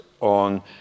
on